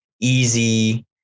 easy